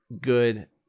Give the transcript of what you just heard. good